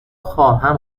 خواهم